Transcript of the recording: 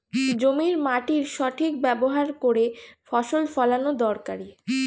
জমির মাটির সঠিক ব্যবহার করে ফসল ফলানো দরকারি